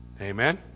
Amen